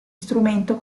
strumento